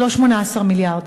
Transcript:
זה לא 18 מיליארד,